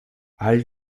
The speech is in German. all